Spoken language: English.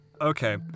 Okay